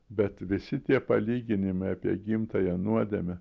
bet visi tie palyginimai apie gimtąją nuodėmę